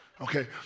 Okay